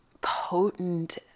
potent